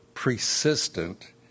Persistent